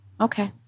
Okay